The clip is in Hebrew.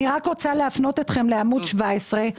אני רק רוצה להפנות אתכם לעמוד 17,